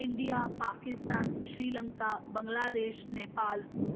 India Pakistan Sri Lanka Bangladesh Nepal